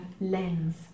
lens